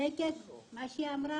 צודקת מה שהיא אמרה,